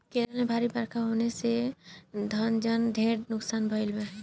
केरल में भारी बरखा होखे से धन जन के ढेर नुकसान भईल बा